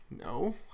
No